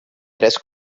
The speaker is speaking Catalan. tres